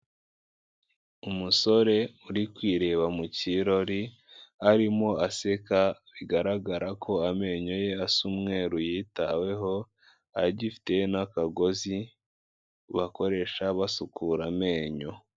Umusore uri kwireba mu kirori arimo aseka bigaragara ko amenyo ye asa umweru yitaweho, agifite n'akagozi bakoresha basukura amenyo.